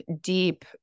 deep